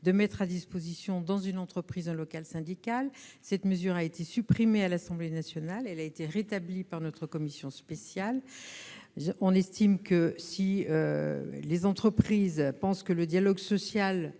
de mettre à disposition, dans une entreprise, un local syndical. Cette mesure a été supprimée par l'Assemblée nationale, puis rétablie par notre commission spéciale. Si les entreprises estiment que le dialogue social